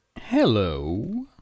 Hello